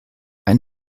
ein